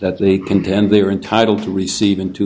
that they contend they are entitled to receive in two